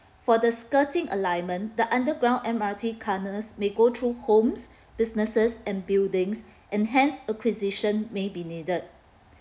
for the skirting alignment the underground M_R_T tunnels may go through homes businesses and buildings and hence acquisition may be needed